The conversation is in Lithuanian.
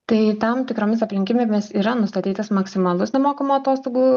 tai tam tikromis aplinkybėmis yra nustatytas maksimalus nemokamų atostogų